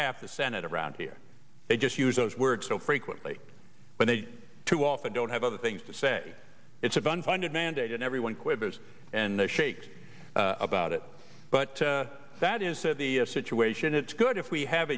half the senate around here they just use those words so frequently when they too often don't have other things to say it's a fun funded mandate and everyone quivers and shakes about it but that is that the situation it's good if we have